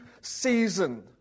season